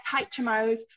HMOs